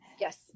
Yes